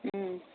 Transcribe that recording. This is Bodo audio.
उम